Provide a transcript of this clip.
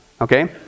Okay